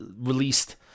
released